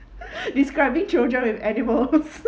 describing children with animals